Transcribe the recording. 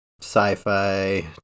sci-fi